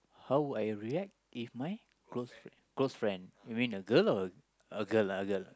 how would I react if my close friend close friend you mean a girl or a girl ah a girl